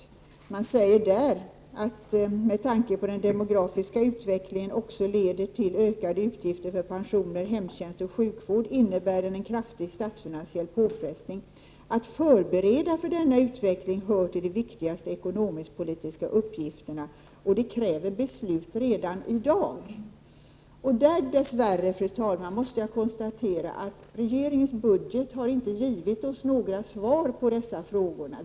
I rapporten sägs: ”Med tanke på att den demografiska utvecklingen också leder till ökade utgifter för pensioner, hemtjänst och sjukvård innebär den en kraftig statsfinansiell påfrestning. Att förbereda för denna utveckling hör till de viktigaste ekonomisk-politiska uppgifterna och det kräver beslut redan idag.” Fru talman! Jag måste dess värre konstatera att regeringens budget inte har givit oss några svar på våra frågor.